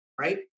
right